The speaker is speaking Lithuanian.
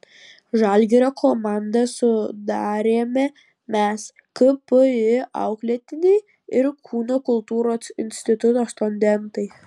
žalgirio komandą sudarėme mes kpi auklėtiniai ir kūno kultūros instituto studentai